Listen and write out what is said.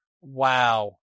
Wow